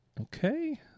Okay